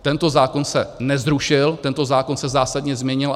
Tento zákon se nezrušil, tento zákon se zásadně změnil.